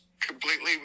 completely